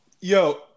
Yo